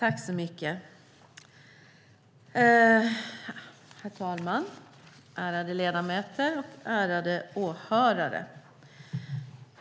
Herr talman, ärade ledamöter och åhörare!